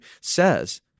says